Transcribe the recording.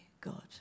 God